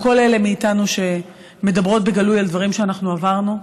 או כל אלה מאיתנו שמדברות בגלוי על דברים שאנחנו עברנו,